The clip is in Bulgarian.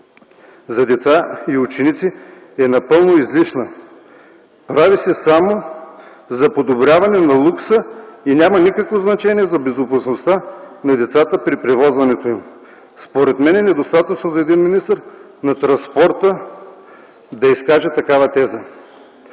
за деца и ученици е напълно излишна. Прави се само за подобряване на лукса и няма никакво значение за безопасността на децата при превозването им. Според мен е недостатъчно за един министър на транспорта да изкаже такава теза.